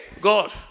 God